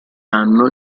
anno